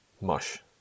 mush